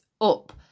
up